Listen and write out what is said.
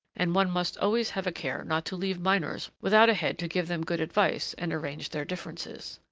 and one must always have a care not to leave minors without a head to give them good advice and arrange their differences.